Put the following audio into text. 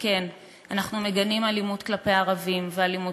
שאנחנו מגנים אלימות כלפי ערבים ואלימות